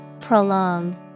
Prolong